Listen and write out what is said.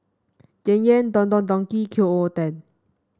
Yan Yan Don Don Donki and Qoo ten